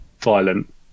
violent